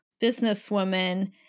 businesswoman